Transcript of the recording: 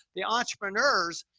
the entrepreneurs,